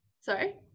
sorry